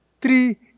three